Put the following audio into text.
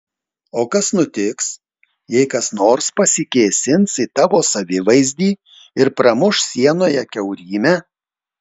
o kas nutiks jei kas nors pasikėsins į tavo savivaizdį ir pramuš sienoje kiaurymę